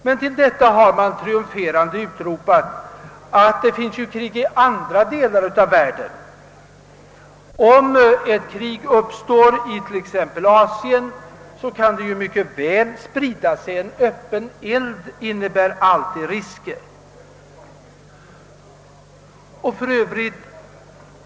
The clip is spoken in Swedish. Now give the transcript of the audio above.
Gentemot detta har man triumferande utropat att det likväl förekommer krig i andra delar av världen. Om ett krig uppstår i t.ex. Asien kan det mycket väl sprida sig. En öppen eld innebär alltid risker.